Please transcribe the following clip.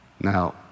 Now